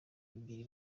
ebyiri